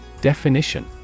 Definition